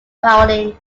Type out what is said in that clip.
welding